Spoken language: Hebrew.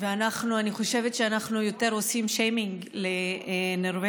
ואני חושבת שאנחנו עושים יותר שיימינג לנורבגיה,